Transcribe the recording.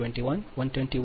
તેથી તે 11 121 121 10